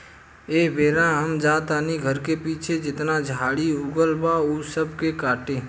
एह बेरा हम जा तानी घर के पीछे जेतना झाड़ी उगल बा ऊ सब के काटे